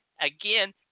Again